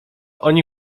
oni